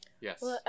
Yes